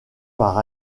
par